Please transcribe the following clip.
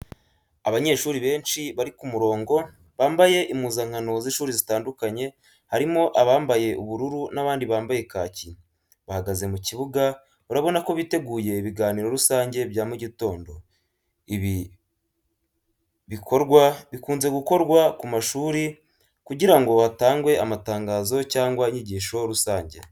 Abanyeshuri benshi bari ku murongo, bambaye impuzankano z’ishuri zitandukanye harimo abambaye ubururu n’abandi bambaye kaki. Bahagaze mu kibuga, urabona ko biteguye ibiganiro rusange bya mu gitondo. Ibi bikorwa bikunze gukorwa ku mashuri kugira ngo hatangwe amatangazo cyangwa inyigisho rusange.